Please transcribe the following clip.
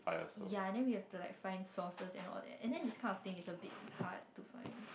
ya then we have to like find sources and all that and then this kind of thing is like a bit hard to find